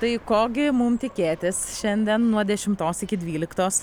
tai ko gi mum tikėtis šiandien nuo dešimtos iki dvyliktos